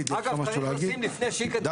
אגב צריך לשים לפני ---,